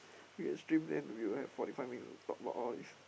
we can stream then we will have forty five minute to talk about all this